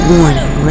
Warning